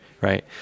right